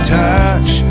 touch